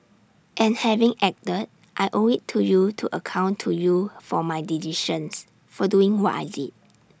and having acted I owe IT to you to account to you for my decisions for doing what I did